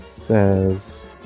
Says